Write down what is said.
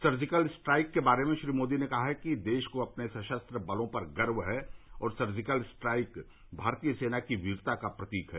surgical strike के बारे में श्री मोदी ने कहा कि देश को अपने सशस्त्र बलों पर गर्व है और सर्जिकल स्ट्राइक भारतीय सेना की वीरता का प्रतीक है